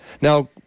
Now